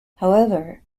however